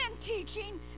teaching